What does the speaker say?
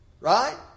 right